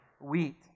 wheat